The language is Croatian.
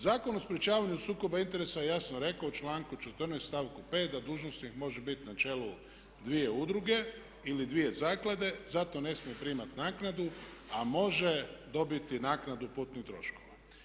Zakon o sprječavanju sukoba interesa je jasno rekao u članku 14., stavku 5. da dužnosnik može biti na čelu dvije udruge ili dvije zaklade, zato ne smije primati naknadu a može dobiti naknadu putnih troškova.